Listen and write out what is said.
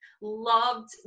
loved